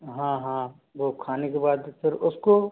हाँ हाँ वो खाने के बाद फिर उसको